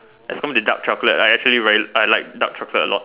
as long as they dark chocolate right I actually very I like dark chocolate a lot